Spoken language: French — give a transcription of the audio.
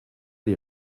les